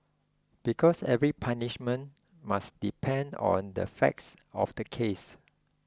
because every punishment must depend on the facts of the case